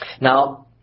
Now